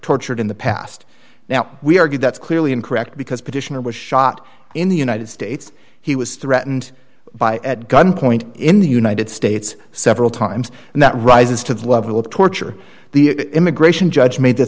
tortured in the past now we argued that's clearly incorrect because petitioner was shot in the united states he was threatened by at gunpoint in the united states several times and that rises to the level of torture the immigration judge made the